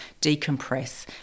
decompress